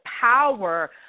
power